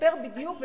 מספר בדיוק,